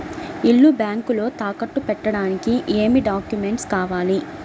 ఇల్లు బ్యాంకులో తాకట్టు పెట్టడానికి ఏమి డాక్యూమెంట్స్ కావాలి?